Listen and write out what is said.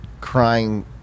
crying